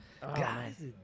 Guys